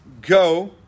go